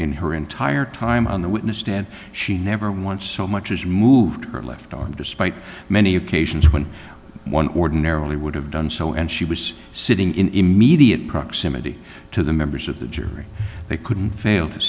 in her entire time on the witness stand she never once so much as moved her left arm despite many occasions when one ordinarily would have done so and she was sitting in immediate proximity to the members of the jury they couldn't fail to